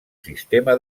sistema